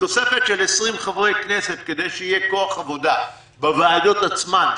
תוספת של 20 חברי כנסת כדי שיהיה כוח עבודה בוועדות עצמן,